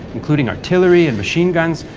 including artillery and machine guns,